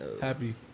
Happy